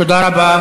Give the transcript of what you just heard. תודה רבה.